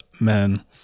men